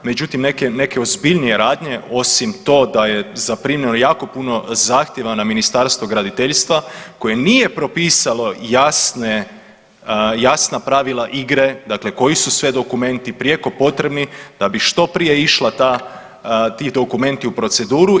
Međutim, neke ozbiljnije radnje osim to da je zaprimljeno jako puno zahtjeva na Ministarstvo graditeljstva koje nije propisalo jasna pravila igre, dakle koji su sve dokumenti prijeko potrebni da bi što prije išli ti dokumenti u proceduru.